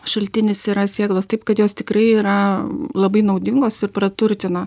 šaltinis yra sėklos taip kad jos tikrai yra labai naudingos ir praturtina